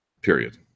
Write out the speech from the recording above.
Period